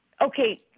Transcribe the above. okay